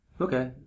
Okay